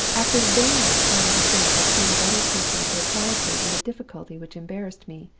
after vainly trying to think of some better person to apply to in the difficulty which embarrassed me,